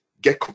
get